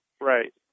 Right